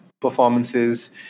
performances